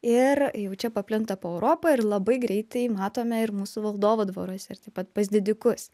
ir jau čia paplinta po europą ir labai greitai matome ir mūsų valdovo dvaruose ir taip pat pas didikus